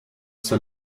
zur